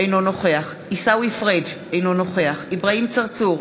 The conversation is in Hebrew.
אינו נוכח עיסאווי פריג' אינו נוכח אברהים צרצור,